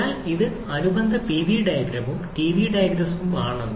അതിനാൽ ഇത് അനുബന്ധ Pv ഡയഗ്രാമും Ts ഡയഗ്രാമും ആണ്